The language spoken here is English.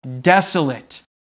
desolate